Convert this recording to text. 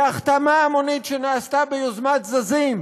החתמה המונית שנעשתה ביוזמת זזים,